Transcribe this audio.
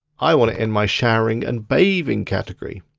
i want it in my showering and bathing category.